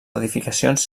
edificacions